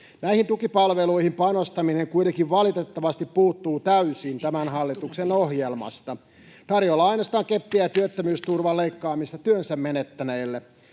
Näihin tukipalveluihin panostaminen kuitenkin valitettavasti puuttuu täysin tämän hallituksen ohjelmasta. Tarjolla on ainoastaan keppiä ja työttömyysturvan leikkaamista työnsä menettäneille.